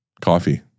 coffee